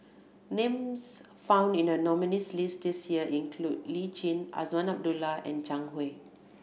names found in the nominees' list this year include Lee Tjin Azman Abdullah and Zhang Hui